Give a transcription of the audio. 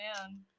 man